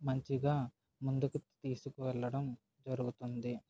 మంచిగా ముందుకు తీసుకువెళ్ళడం జరుగుతుంది